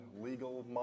legal